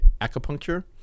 acupuncture